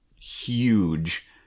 huge